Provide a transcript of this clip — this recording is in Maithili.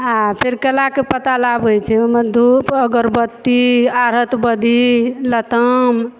आ फेर केलाक पत्ता लाबै छै ओहिमे धूप अगरबत्ती आरत बदी लताम